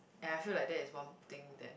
and I feel like that is one thing that